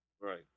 Right